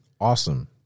awesome